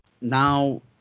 now